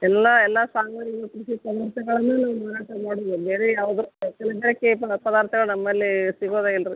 ಎಲ್ಲ ಎಲ್ಲ ಸಾಮಾನು ಬೇರೆ ಯಾವುದು ದಿನಬಳಕೆ ಪದಾರ್ಥಗಳು ನಮ್ಮಲ್ಲಿ ಸಿಗೋದೇ ಇಲ್ಲ ರಿ